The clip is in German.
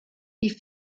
die